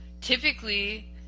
typically